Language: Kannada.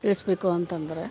ತಿಳಿಸಬೇಕು ಅಂತ ಅಂದ್ರೆ